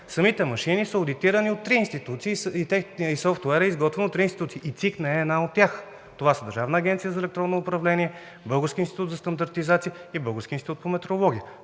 Самите машини са одитирани от три институции, софтуерът е изготвен от три институции и ЦИК не е една от тях. Това са Държавната агенция за електронно управление, Българският институт за стандартизация и Българският институт по метрология.